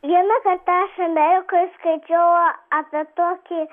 vieną kartą aš amerikoj skaičiau apie tokį